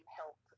help